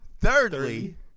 Thirdly